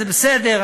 זה בסדר,